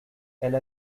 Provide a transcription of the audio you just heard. elle